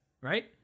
right